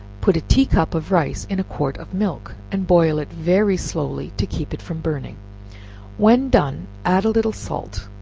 put a tea-cup of rice in a quart of milk, and boil it very slowly to keep it from burning when done, add a little salt,